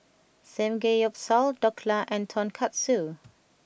Samgeyopsal Dhokla and Tonkatsu